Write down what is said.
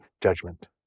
judgment